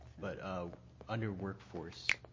but ah under workforce,